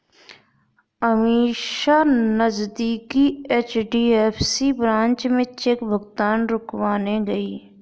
अमीषा नजदीकी HDFC branch में cheque भुगतान रुकवाने गई